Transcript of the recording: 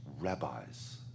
rabbis